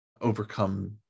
overcome